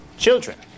Children